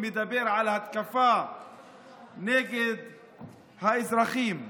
מדבר על התקפה נגד האזרחים.